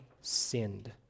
sinned